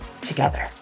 together